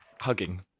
hugging